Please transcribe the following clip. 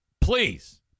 please